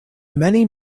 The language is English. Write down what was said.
many